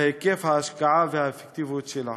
בהיקף ההשקעה ובאפקטיביות שלה.